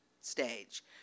stage